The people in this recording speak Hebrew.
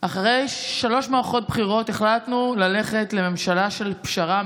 אחרי שלוש מערכות בחירות החלטנו ללכת לממשלה של פשרה.